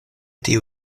tiu